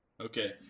Okay